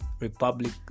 republic